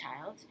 child